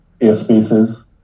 airspaces